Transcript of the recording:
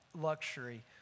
luxury